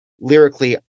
lyrically